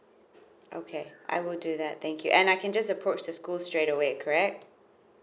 okay I will do that thank you and I can just approach the school straight away correct